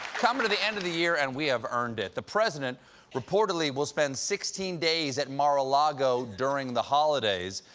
coming to the end of the year, and we have earned it. the president reportedly will spend sixteen days at mar-a-lago during the holidays.